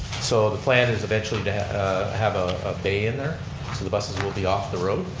so the plan is eventually to have a ah bay in there so the buses will be off the road.